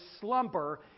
slumber